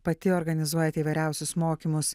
pati organizuojat įvairiausius mokymus